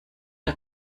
der